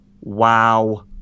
Wow